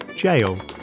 jail